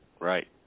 right